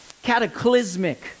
cataclysmic